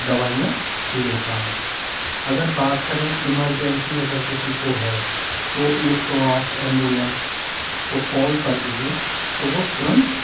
दवाईयाँ लेता है अगर बात करें इमरजेंसी अगर किसी को है तो एक सौ आठ एंबुलेंस को कॉल कर दीजिए तो वो तुरंत